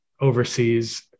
overseas